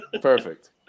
Perfect